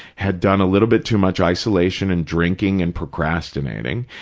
had done a little bit too much isolation and drinking and procrastinating,